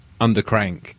Undercrank